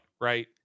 right